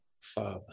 Father